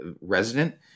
resident